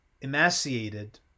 emaciated